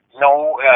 no